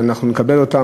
אנחנו נקבל אותן.